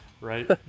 right